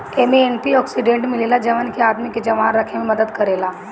एमे antioxidant मिलेला जवन की आदमी के जवान रखे में मदद करेला